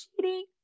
cheating